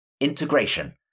Integration